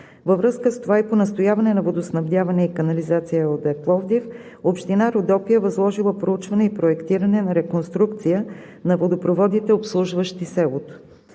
Във връзка с това и по настояване на „Водоснабдяване и канализация“ ЕООД – Пловдив, община Родопи е възложила проучване и проектиране на реконструкция на водопроводите, обслужващи селото.